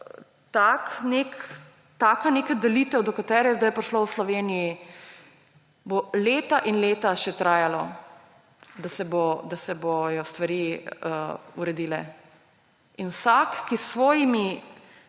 neka delitev, do katere je zdaj prišlo v Sloveniji, bo leta in leta še trajalo, da se bodo stvari uredile, in vsak, ki s svojim